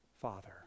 Father